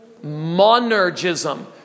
monergism